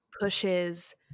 pushes